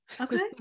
Okay